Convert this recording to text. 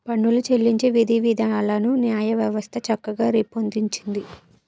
పన్నులు చెల్లించే విధివిధానాలను న్యాయవ్యవస్థ చక్కగా రూపొందించింది